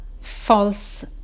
false